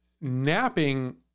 napping